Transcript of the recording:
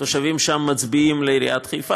ותושבים שם מצביעים לעיריית חיפה.